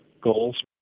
goals